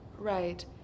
Right